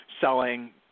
selling